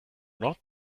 not